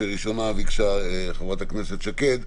והראשונה שביקשה זאת חברת הכנסת שקד,